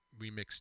remixed